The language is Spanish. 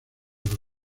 los